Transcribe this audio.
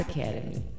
Academy